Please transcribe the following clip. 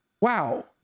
Wow